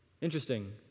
Interesting